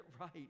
right